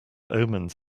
omens